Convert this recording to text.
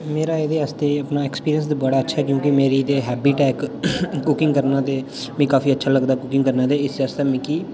मेरा एह्दे आस्तै अपना ऐक्सपीरियंस ते बड़ा अच्छा ऐ क्योंकि मेरी ते हैबिट ऐ इक कुकिंग करना ते मी काफी अच्छा लगदा कुकिंग करना दे इस्सै आस्तै मिकी